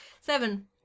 Seven